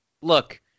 Look